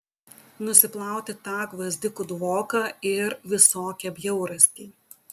nusiplauti tą gvazdikų dvoką ir visokią bjaurastį